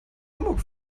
hamburg